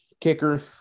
kicker